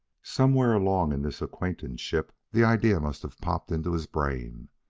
somewhere along in this acquaintanceship the idea must have popped into his brain.